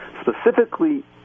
specifically